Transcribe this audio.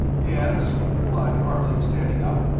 yes? replied harley, standing up,